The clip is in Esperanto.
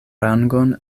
rangon